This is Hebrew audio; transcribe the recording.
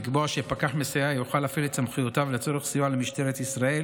ולקבוע שפקח מסייע יוכל להפעיל את סמכויותיו לצורך סיוע למשטרת ישראל